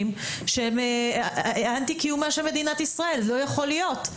שהם אנטי קיומה של מדינת ישראל זה לא יכול להיות.